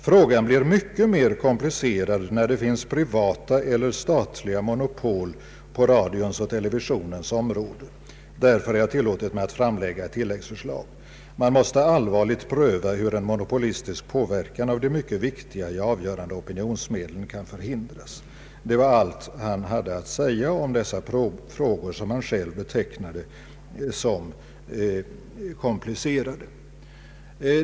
Frågan blir mycket mer komplicerad, när det finns privata eller statliga monopol på radions och televisionens område. Därför har jag tillåtit mig att framlägga ett tilläggsförslag. Man måste allvarligt pröva hur en monopolistisk påverkan av de mycket viktiga och avgörande opinionsmedlen kan förhind ras.” Det var allt han hade att säga om dessa frågor, som han själv betecknade som komplicerade.